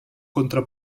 contra